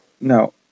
no